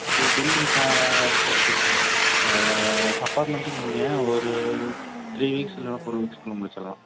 அது பில்டிங் க பொறுத்து இருக்குதுங்க சார் அப்பார்ட்மெண்ட்டுங்கிறீங்க ஒரு த்ரீ வீக்ஸ் இல்லேன்னா ஃபோர் வீக்ஸுக்குள்ளே முடிச்சுரலாம்